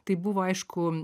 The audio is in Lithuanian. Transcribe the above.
tai buvo aišku